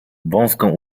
wąską